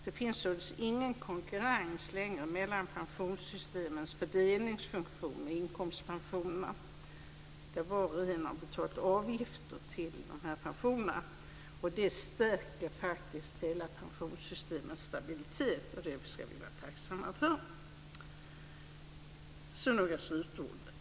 Det finns således ingen konkurrens längre mellan pensionssystemets fördelningsfunktion och inkomstpensionerna där var och en har betalt avgifter till de här pensionerna. Det stärker faktiskt hela pensionssystemets stabilitet, och det ska vi vara tacksamma för. Så några slutord.